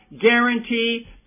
guarantee